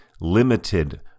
limited